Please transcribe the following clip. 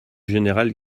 général